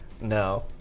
no